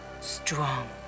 strong